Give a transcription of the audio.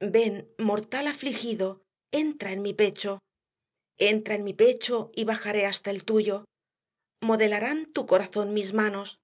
ven mortal afligido entra en mi pecho entra en mi pecho y bajaré hasta el tuyo modelarán tu corazón mis manos